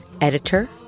editor